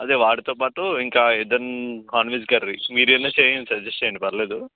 అదే వాటితో పాటు ఇంకా ఏదన్న నాన్ వెజ్ కర్రీ మీరైనా చేయండి సజెస్ట్ చేయండి పర్లేదు